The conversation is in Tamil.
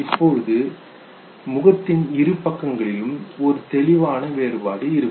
அப்பொழுது முகத்தின் இரு பக்கங்களிலும் ஒரு தெளிவான வேறுபாடு இருக்கும்